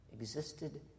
existed